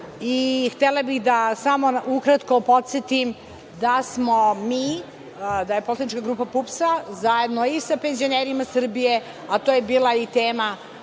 Htela bih da samo ukratko podsetim da je poslanička grupa PUPS, zajedno i sa penzionerima Srbije, a to je bila i tema